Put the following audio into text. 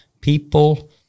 people